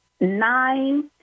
Nine